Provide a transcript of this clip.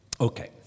Okay